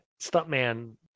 stuntman